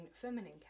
Feminine